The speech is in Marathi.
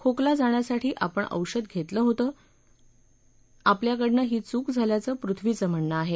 खोकला जाण्यासाठी आपण औषध घेतलं होतं अनवधनानं आपल्याकडून ही चूक झाल्याचं पृथ्वीचं म्हणणं आहे